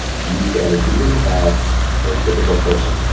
you can, if you look at or a typical person,